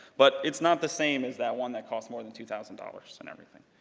but it's not the same as that one that costs more than two thousand dollars and everything.